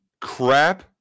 crap